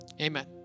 Amen